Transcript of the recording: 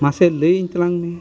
ᱢᱟᱥᱮ ᱞᱟᱹᱭᱟᱹᱧ ᱛᱟᱞᱟᱝ ᱢᱮ